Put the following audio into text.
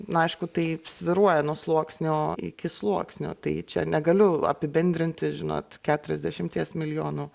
na aišku taip svyruoja nuo sluoksnio iki sluoksnio tai čia negaliu apibendrinti žinot keturiasdešimties milijonų